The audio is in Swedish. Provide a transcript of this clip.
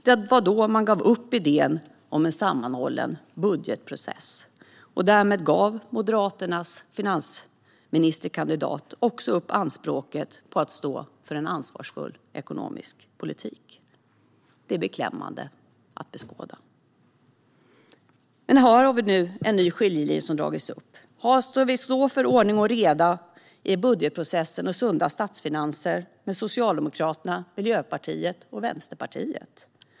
Det var då man gav upp idén om en sammanhållen budgetprocess. Därmed gav Moderaternas finansministerkandidat också upp anspråken på att stå för en ansvarsfull ekonomisk politik. Det är beklämmande att beskåda. Här har vi nu en ny skiljelinje som har dragits upp. Ska vi stå för ordning och reda i budgetprocessen och sunda statsfinanser med Socialdemokraterna, Miljöpartiet och Vänsterpartiet?